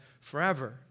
forever